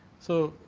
so,